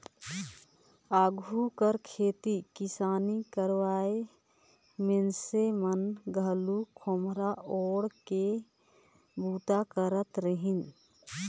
आघु कर खेती किसानी करोइया मइनसे मन घलो खोम्हरा ओएढ़ के बूता करत रहिन